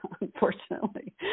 unfortunately